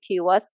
keywords